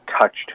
touched